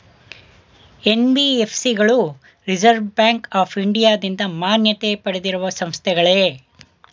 NBFC ಗಳು reserve bank of ಇಂಡಿಯಾದಿಂದ ಮಾನ್ಯತೆ ಪಡೆದಿರುವ ಸಂಸ್ಥೆಗಳೇ?